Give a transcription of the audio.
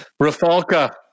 Rafalka